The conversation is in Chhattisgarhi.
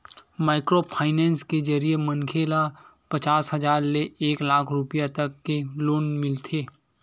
माइक्रो फाइनेंस के जरिए मनखे ल पचास हजार ले एक लाख रूपिया तक के लोन मिलथे